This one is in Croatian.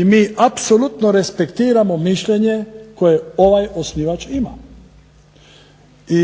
i mi apsolutno respektiramo mišljenje koje ovaj osnivač ima i